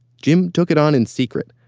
jim took it on in secret,